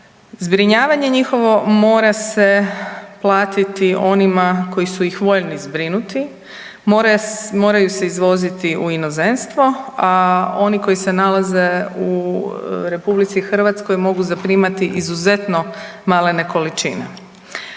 zbrinjavanje njihovo mora se platiti onima koji su ih voljni zbrinuti, moraju se izvoziti u inozemstvo, a oni koji se nalaze u RH mogu zaprimati izuzetno malene količine.